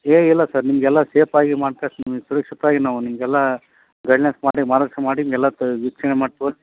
ಏ ಇಲ್ಲ ಸರ್ ನಿಮಗೆಲ್ಲ ಸೇಫ್ ಆಗಿ ಮಾಡಿ ಕಳಿಸ್ತಿನಿ ಸುರಕ್ಷಿತವಾಗಿ ನಾವು ನಿಮಗೆಲ್ಲ ಗೈಡ್ನೆಸ್ ಮಾಡಿ ಮಾಡೊಷ್ಟು ಮಾಡಿ ನಿಮಗೆಲ್ಲ ವೀಕ್ಷಣೆ ತೋರಸಿಕೊಡ್ತಿನಿ